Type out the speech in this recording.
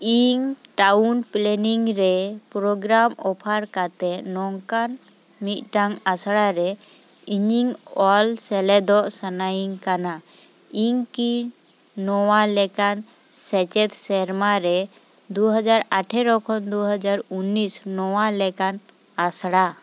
ᱤᱧ town planning ᱨᱮ programme offer ᱠᱟᱛᱮᱫ ᱱᱚᱝᱠᱟᱱ ᱢᱤᱫᱴᱟᱝ ᱟᱥᱲᱟᱨᱮ ᱤᱧᱤᱧ ᱚᱞ ᱥᱮᱞᱮᱫᱚᱜ ᱥᱟᱱᱟᱭᱤᱧ ᱠᱟᱱᱟ ᱤᱧ ᱠᱤ ᱱᱚᱣᱟ ᱞᱮᱠᱟᱱ ᱥᱮᱪᱮᱫ ᱥᱮᱨᱢᱟ ᱨᱮ ᱫᱩ ᱦᱟᱡᱟᱨ ᱟᱴᱷᱮᱨᱚ ᱠᱷᱚᱱ ᱫᱩ ᱦᱟᱡᱟᱨ ᱩᱱᱤᱥ ᱱᱚᱣᱟ ᱞᱮᱠᱟᱱ ᱟᱥᱲᱟ